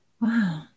Wow